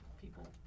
people